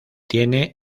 tiene